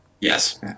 Yes